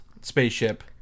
spaceship